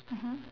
mmhmm